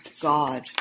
God